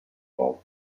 soft